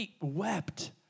wept